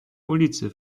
ulicy